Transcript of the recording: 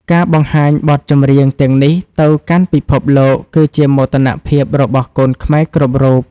ការបង្ហាញបទចម្រៀងទាំងនេះទៅកាន់ពិភពលោក គឺជាមោទនភាពរបស់កូនខ្មែរគ្រប់រូប។